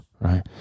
right